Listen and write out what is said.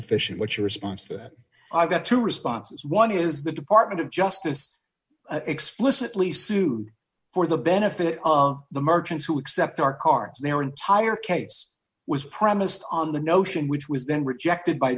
efficient what your response to it i've got two responses one is the department of justice explicitly sued for the benefit of the merchants who accept our cards their entire case was premised on the notion which was then rejected by